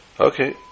Okay